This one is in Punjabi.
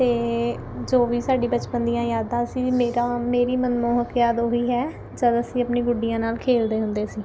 ਅਤੇ ਜੋ ਵੀ ਸਾਡੀ ਬਚਪਨ ਦੀਆਂ ਯਾਦਾਂ ਸੀ ਮੇਰਾ ਮੇਰੀ ਮਨਮੋਹਕ ਯਾਦ ਉਹੀ ਹੈ ਜਦੋਂ ਅਸੀਂ ਆਪਣੀ ਗੁੱਡੀਆਂ ਨਾਲ਼ ਖੇਲਦੇ ਹੁੰਦੇ ਸੀ